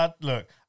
Look